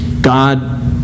God